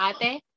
ate